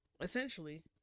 Essentially